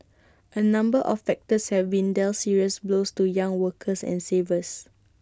A number of factors have been dealt serious blows to young workers and savers